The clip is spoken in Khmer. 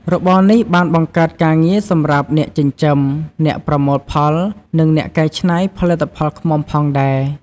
របរនេះបានបង្កើតការងារសម្រាប់អ្នកចិញ្ចឹម អ្នកប្រមូលផល និងអ្នកកែច្នៃផលិតផលឃ្មុំផងដែរ។